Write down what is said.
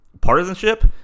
partisanship